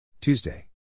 Tuesday